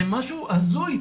זה משהו הזוי.